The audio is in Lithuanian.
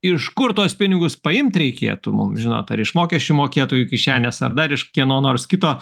iš kur tuos pinigus paimt reikėtų mum žinot ar iš mokesčių mokėtojų kišenės ar dar iš kieno nors kito